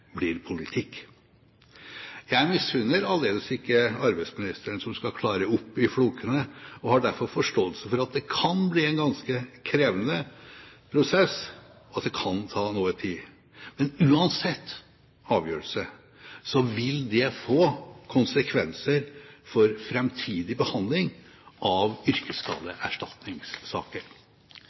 blir politikk. Jeg misunner aldeles ikke arbeidsministeren som skal klare opp i flokene og har derfor forståelse for at det kan bli en ganske krevende prosess, og at det kan ta noe tid. Men uansett avgjørelse vil det få konsekvenser for framtidig behandling av yrkesskadeerstatningssaker.